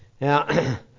Now